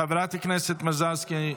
חברת הכנסת מזרסקי,